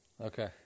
Okay